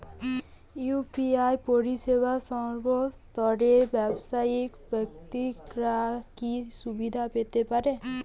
UPI পরিসেবা সর্বস্তরের ব্যাবসায়িক ব্যাক্তিরা কি সুবিধা পেতে পারে?